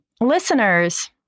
listeners